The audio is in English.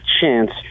chance